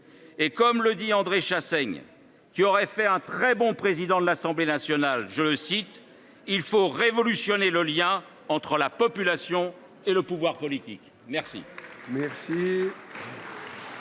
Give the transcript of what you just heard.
Comme le dit André Chassaigne, qui aurait fait un très bon président de l’Assemblée nationale, « il faut révolutionner le lien entre la population et le pouvoir politique ».